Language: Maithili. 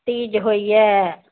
तीज होइए